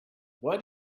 why